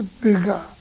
bigger